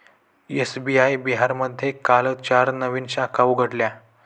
SBI बिहारमध्ये काल चार नवीन शाखा उघडल्या